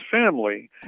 family